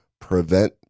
prevent